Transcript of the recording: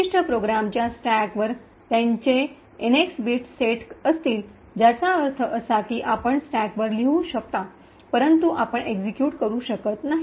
विशिष्ट प्रोग्रामच्या स्टॅकवर त्याचे एनएक्स बिट सेट असतील ज्याचा अर्थ असा की आपण स्टॅकवर लिहू शकता परंतु आपण एक्सिक्यूट करू शकत नाही